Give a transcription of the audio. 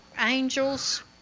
Angels